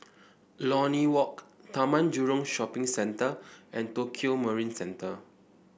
Lornie Walk Taman Jurong Shopping Centre and Tokio Marine Centre